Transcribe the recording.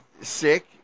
sick